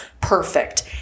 perfect